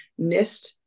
NIST